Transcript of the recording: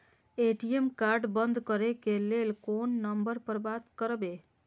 ATM card बंद करे के लेल कोन नंबर पर बात करबे?